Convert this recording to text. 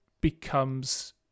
becomes